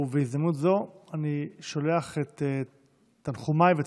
ובהזדמנות זו אני שולח את תנחומיי ואת